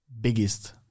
biggest